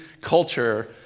culture